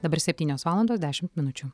dabar septynios valandos dešimt minučių